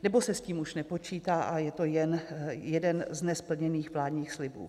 Nebo se s tím už nepočítá a je to jen jeden z nesplněných vládních slibů?